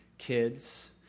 kids